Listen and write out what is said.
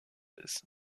ist